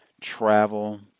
travel